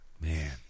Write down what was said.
Man